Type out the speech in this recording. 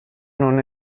non